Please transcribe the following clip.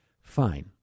fine